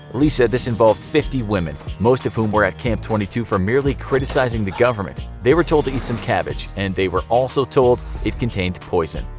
lee said this involved fifty women, most of whom were at camp twenty two for merely criticizing the government. they were told to eat some cabbage and were also told it contained poison.